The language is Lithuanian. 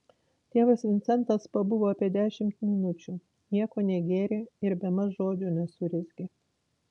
tėvas vincentas pabuvo apie dešimt minučių nieko negėrė ir bemaž žodžio nesurezgė